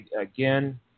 again